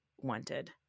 wanted